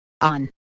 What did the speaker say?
On